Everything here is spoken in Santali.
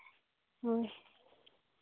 ᱦᱳᱭ